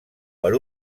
per